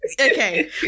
okay